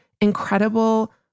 incredible